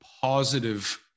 positive